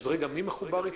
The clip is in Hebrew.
מי מחובר?